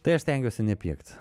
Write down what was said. tai aš stengiuosi nepykt